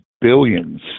billions